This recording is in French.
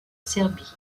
serbie